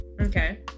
Okay